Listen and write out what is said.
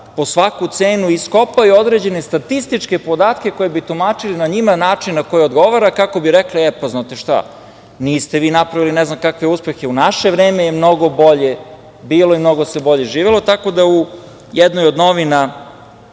po svaku cenu iskopaju određen statističke podatke koje bi tumačili na njima način koji odgovara, kako bi rekli, e, pa znate šta, niste vi napravili ne znam kakve uspehe, u naše vreme je mnogo bolje i mnogo se bolje živelo. Tako da, u jednoj od novina